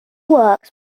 works